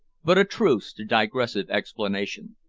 but a truce to digressive explanation.